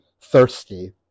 thirsty